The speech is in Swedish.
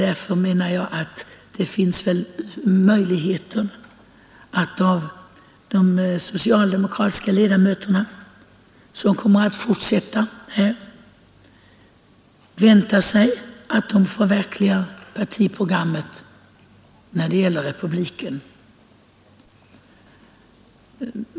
Därför är det väl möjligt att av de socialdemokratiska ledamöter som kommer att fortsätta arbetet i riksdagen vänta sig att de förverkligar partiprogrammet när det gäller republiken.